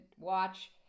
watch